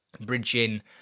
Bridging